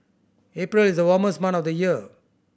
April is the warmest month of the year